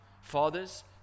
fathers